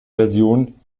versionen